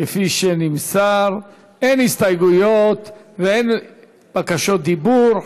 כפי שנמסר, אין הסתייגויות ואין בקשות דיבור.